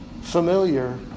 familiar